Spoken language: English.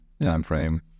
timeframe